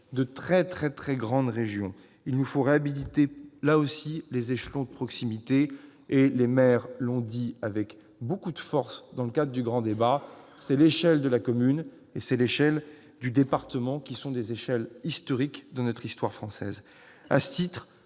de très très grandes régions, il nous faut réhabiliter les échelons de proximité- les maires l'ont dit avec beaucoup de force dans le cadre du grand débat -, donc l'échelle de la commune et l'échelle du département, qui sont des échelles historiques de l'histoire française.